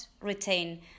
retain